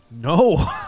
No